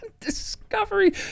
Discovery